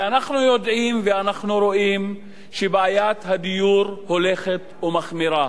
ואנחנו יודעים ואנחנו רואים שבעיית הדיור הולכת ומחמירה.